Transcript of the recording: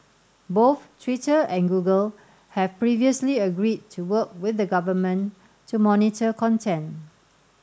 both Twitter and Google have previously agreed to work with the government to monitor content